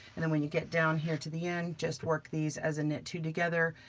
and then when you get down here to the end, just work these as a knit two together,